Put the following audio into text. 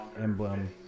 emblem